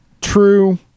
true